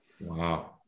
Wow